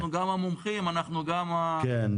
אנחנו גם המומחים, אנחנו גם --- כן.